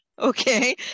Okay